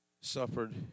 suffered